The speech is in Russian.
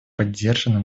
поддержаны